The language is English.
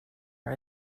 our